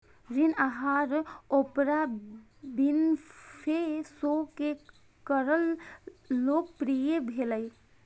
ऋण आहार Oprah Winfrey show के कारण लोकप्रिय भेलै